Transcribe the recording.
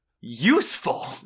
useful